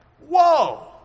whoa